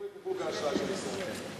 העלו את דירוג האשראי של ישראל,